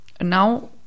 now